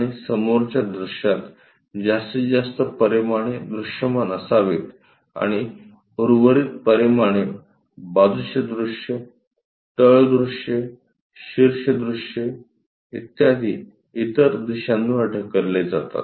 आणि समोरच्या दृश्यात जास्तीत जास्त परिमाणे दृश्यमान असावीत आणि उर्वरित परिमाणे बाजूचे दृश्य तळ दृश्ये शीर्ष दृश्ये इत्यादी इतर दिशांवर ढकलले जातात